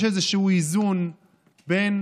יש איזשהו איזון בין